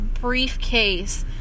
briefcase